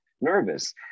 nervous